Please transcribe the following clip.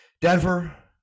Denver